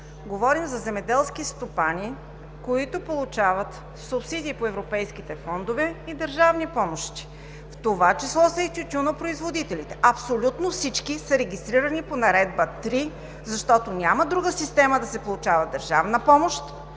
говорим за земеделски стопани, които получават субсидии по европейските фондове и държавни помощи. В това число са и тютюнопроизводителите. Абсолютно всички са регистрирани по Наредба № 3, защото няма друга система да се получава държавна помощ,